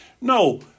No